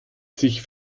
sich